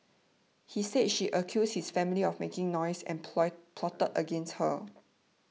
he said she accused his family of making noise and plot plot against her